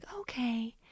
Okay